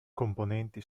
componenti